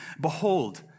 Behold